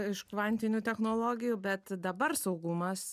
iš kvantinių technologijų bet dabar saugumas